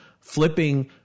flipping